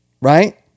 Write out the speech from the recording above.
right